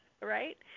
right